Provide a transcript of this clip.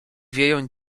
wieją